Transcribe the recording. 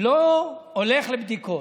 לא הולך לבדיקות.